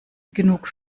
genug